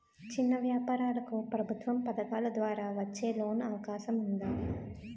చిన్న వ్యాపారాలకు ప్రభుత్వం పథకాల ద్వారా వచ్చే లోన్ అవకాశం ఉందా?